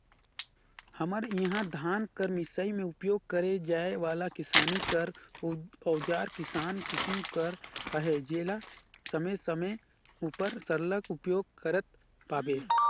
हमर इहा धान कर मिसई मे उपियोग करे जाए वाला किसानी कर अउजार किसिम किसिम कर अहे जेला समे समे उपर सरलग उपियोग करत पाबे